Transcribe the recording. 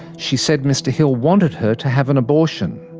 she said mr hill wanted her to have an abortion.